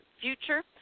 future